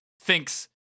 thinks